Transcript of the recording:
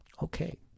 okay